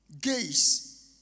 gays